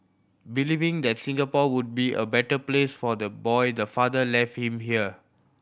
believing that Singapore would be a better place for the boy the father left him here